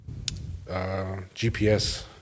GPS